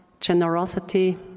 generosity